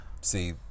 see